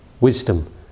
wisdom